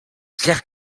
dire